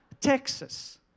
Texas